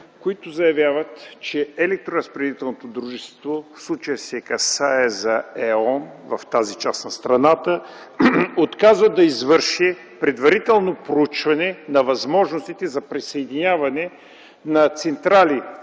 дружество, в случая се касае за ЕОН в тази част на страната, отказва да извърши предварително проучване на възможностите за присъединяване на централи